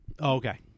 Okay